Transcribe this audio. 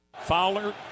Fowler